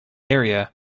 area